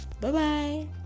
Bye-bye